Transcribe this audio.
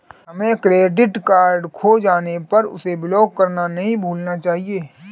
हमें credit card खो जाने पर उसे ब्लॉक करना नहीं भूलना चाहिए